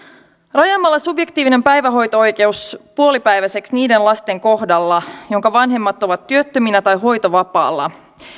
rajaamalla subjektiivinen päivähoito oikeus puolipäiväiseksi niiden lasten kohdalla joiden vanhemmat ovat työttöminä tai hoitovapaalla